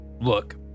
Look